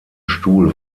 stuhl